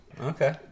okay